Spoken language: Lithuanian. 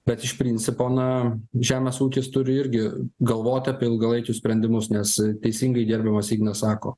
bet iš principo na žemės ūkis turi irgi galvoti apie ilgalaikius sprendimus nes teisingai gerbiamas ignas sako